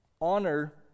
honor